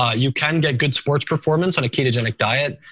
ah you can get good sports performance on a ketogenic diet.